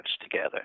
together